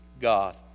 God